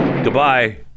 Goodbye